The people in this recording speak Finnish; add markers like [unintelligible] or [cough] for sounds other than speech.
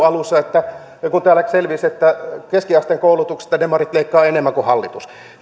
[unintelligible] alussa kun täällä selvisi että keskiasteen koulutuksesta demarit leikkaavat enemmän kuin hallitus